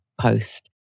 post